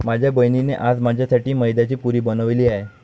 माझ्या बहिणीने आज माझ्यासाठी मैद्याची पुरी बनवली आहे